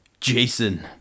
Jason